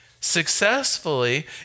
successfully